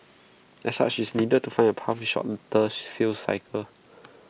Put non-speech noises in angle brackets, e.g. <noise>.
as such its needed to find A path with A shorter <unintelligible> sales cycle